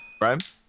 right